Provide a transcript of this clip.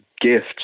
gift